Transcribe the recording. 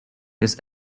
his